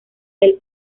del